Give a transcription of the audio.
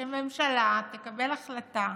שממשלה תקבל החלטה,